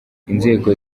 inzego